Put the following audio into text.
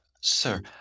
Sir